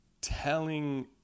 telling